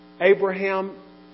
Abraham